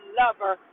lover